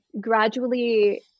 gradually